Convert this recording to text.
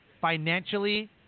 financially